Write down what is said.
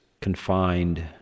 confined